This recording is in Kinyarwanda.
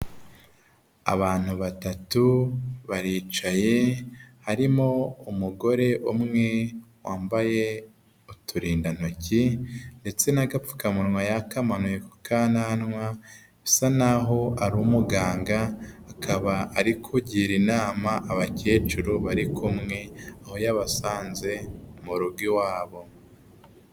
Abantu batatu baricaye harimo umugore umwe wambaye uturindantoki ndetse n'agapfukamunwa yakamanuye ku kananwa bisa n'aho ari umuganga, akaba ari kugira inama abakecuru bari kumwe aho yabasanze mu rugo i wabo.